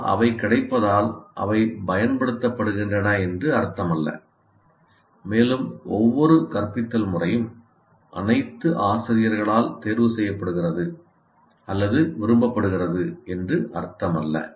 ஆனால் அவை கிடைப்பதால் அவை பயன்படுத்தப்படுகின்றன என்று அர்த்தமல்ல மேலும் ஒவ்வொரு கற்பித்தல் முறையும் அனைத்து ஆசிரியர்களால் தேர்வு செய்யப்படுகிறது அல்லது விரும்பப்படுகிறது என்று அர்த்தமல்ல